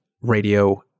radio